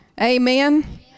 amen